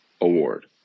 award